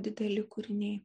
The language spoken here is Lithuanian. dideli kūriniai